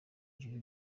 juru